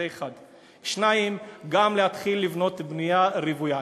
שנית, להתחיל לבנות בנייה רוויה.